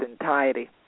entirety